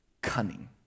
Cunning